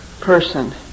person